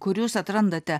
kur jūs atrandate